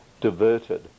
diverted